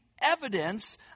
evidence